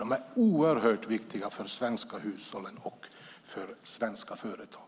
De är oerhört viktiga för de svenska hushållen och för svenska företag.